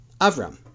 Avram